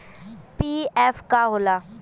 PF का होला?